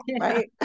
right